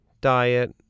diet